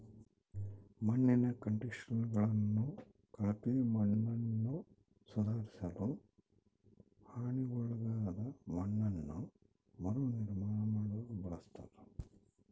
ಮಣ್ಣಿನ ಕಂಡಿಷನರ್ಗಳನ್ನು ಕಳಪೆ ಮಣ್ಣನ್ನುಸುಧಾರಿಸಲು ಹಾನಿಗೊಳಗಾದ ಮಣ್ಣನ್ನು ಮರುನಿರ್ಮಾಣ ಮಾಡಲು ಬಳಸ್ತರ